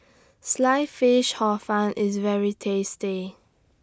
Sliced Fish Hor Fun IS very tasty